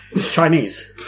Chinese